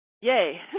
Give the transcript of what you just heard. Yay